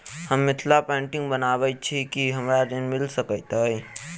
हम मिथिला पेंटिग बनाबैत छी की हमरा ऋण मिल सकैत अई?